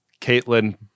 Caitlin